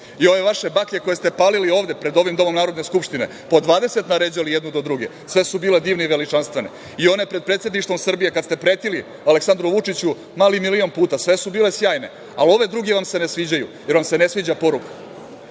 ove vaše baklje koje ste palili ovde pred ovim domom Narodne skupštine, po 20 naređali jednu do druge, sve su bile divne i veličanstvene i one pred Predsedništvom Srbije kad ste pretili Aleksandru Vučiću mali milion puta, sve su bile sjajne, ali ove druge vam se ne sviđaju, jer vam se ne sviđa poruka. Šta